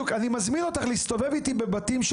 אני מזמין אותך להסתובב איתי בבתים של